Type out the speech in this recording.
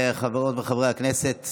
חברות וחברי הכנסת,